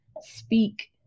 speak